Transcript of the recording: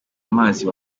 amazi